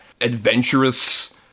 adventurous